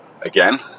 again